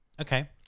Okay